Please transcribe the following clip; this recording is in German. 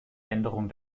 änderung